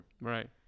Right